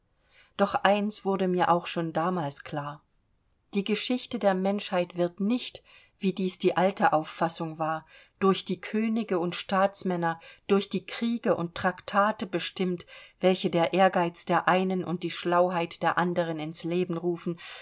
doch eins wurde mir auch schon damals klar die geschichte der menschheit wird nicht wie dies die alte auffassung war durch die könige und staatsmänner durch die kriege und traktate bestimmt welche der ehrgeiz der einen und die schlauheit der anderen ins leben rufen